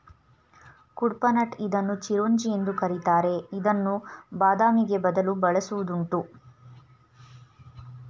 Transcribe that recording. ಕುಡ್ಪನಟ್ ಇದನ್ನು ಚಿರೋಂಜಿ ಎಂದು ಕರಿತಾರೆ ಇದನ್ನು ಬಾದಾಮಿಗೆ ಬದಲು ಬಳಸುವುದುಂಟು